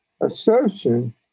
assertion